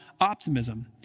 optimism